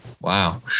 Wow